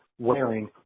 wearing –